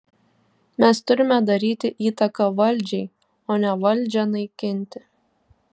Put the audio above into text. mes turime daryti įtaką valdžiai o ne valdžią naikinti